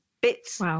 bits